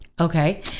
Okay